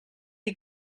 you